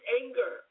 anger